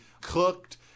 cooked